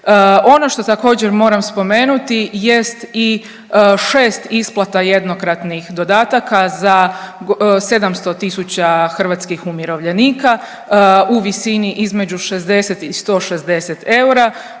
Ono što također moram spomenuti jest i šest isplata jednokratnih dodataka za 700 tisuća hrvatskih umirovljenika u visini između 60 i 160 eura.